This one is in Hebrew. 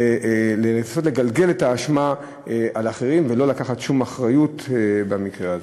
לנסות לגלגל את האשמה על אחרים ולא לקחת שום אחריות במקרה הזה.